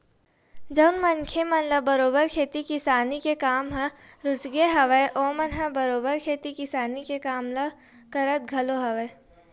जउन मनखे मन ल बरोबर खेती किसानी के काम ह रुचगे हवय ओमन ह बरोबर खेती किसानी के काम ल करत घलो हवय